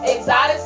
Exotic